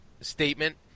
statement